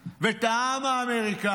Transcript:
ואת העם האמריקאי.